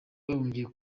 bahungiye